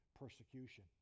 persecution